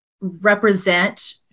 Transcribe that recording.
represent